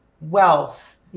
wealth